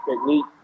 Technique